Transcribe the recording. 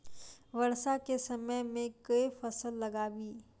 वर्षा केँ समय मे केँ फसल लगाबी?